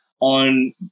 on